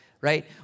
right